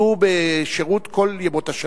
יהיו בשירות כל ימות השנה,